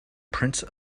prince